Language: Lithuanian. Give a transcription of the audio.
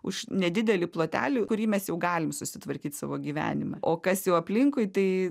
už nedidelį plotelį kurį mes jau galim susitvarkyt savo gyvenime o kas jau aplinkui tai